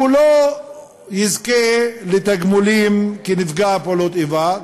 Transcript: הוא לא יזכה לתגמולים כנפגע פעולות איבה,